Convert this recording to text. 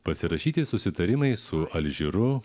pasirašyti susitarimai su alžyru